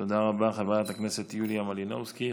תודה רבה, חברת הכנסת יוליה מלינובסקי.